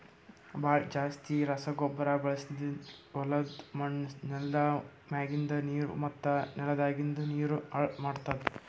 ಭಾಳ್ ಜಾಸ್ತಿ ರಸಗೊಬ್ಬರ ಬಳಸದ್ಲಿಂತ್ ಹೊಲುದ್ ಮಣ್ಣ್, ನೆಲ್ದ ಮ್ಯಾಗಿಂದ್ ನೀರು ಮತ್ತ ನೆಲದಾಗಿಂದ್ ನೀರು ಹಾಳ್ ಮಾಡ್ತುದ್